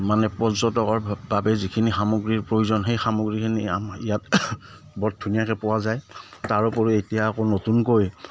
মানে পৰ্যটকৰ বাবে যিখিনি সামগ্ৰীৰ প্ৰয়োজন সেই সামগ্ৰীখিনি আমাৰ ইয়াত বৰ ধুনীয়াকৈ পোৱা যায় তাৰ উপৰিও এতিয়া আকৌ নতুনকৈ